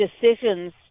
decisions